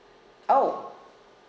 orh